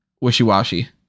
wishy-washy